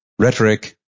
Rhetoric